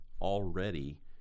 already